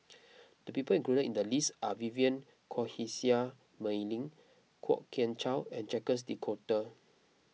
the people included in the list are Vivien Quahe Seah Mei Lin Kwok Kian Chow and Jacques De Coutre